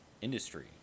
industry